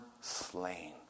slain